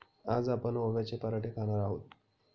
आज आपण ओव्याचे पराठे खाणार आहोत